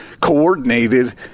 coordinated